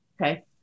Okay